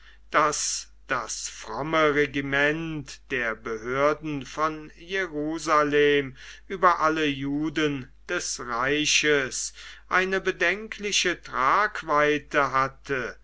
daß das fromme regiment der behörden von jerusalem über alle juden des reiches eine bedenkliche tragweite hatte